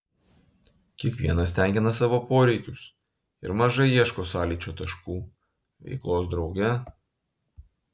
kiekvienas tenkina savo poreikius ir mažai ieško sąlyčio taškų veiklos drauge